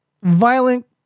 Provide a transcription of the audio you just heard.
violent